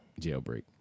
jailbreak